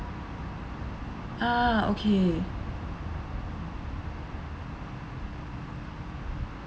ah okay